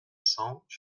cents